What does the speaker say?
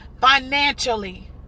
financially